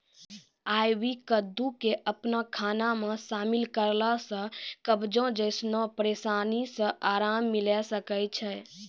आइ.वी कद्दू के अपनो खाना मे शामिल करला से कब्जो जैसनो परेशानी से अराम मिलै सकै छै